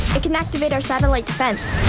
it can activate our satellite defense.